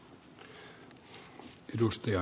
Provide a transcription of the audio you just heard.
arvoisa puhemies